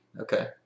Okay